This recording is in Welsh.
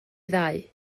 ddau